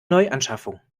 neuanschaffung